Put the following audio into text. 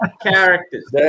characters